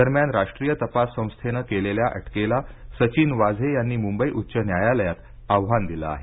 दरम्यान राष्ट्रीय तपास संस्थेनं केलेल्या अटकेला सचिन वाझे यांनी मुंबई उच्च न्यायालयात आव्हान दिलं आहे